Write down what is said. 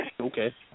Okay